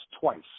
twice